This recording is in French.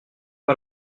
pas